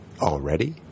Already